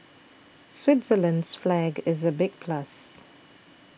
Switzerland's flag is a big plus